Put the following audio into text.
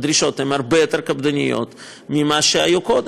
הן הרבה יותר קפדניות ממה שהיה קודם,